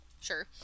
sure